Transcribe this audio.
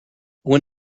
when